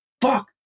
fuck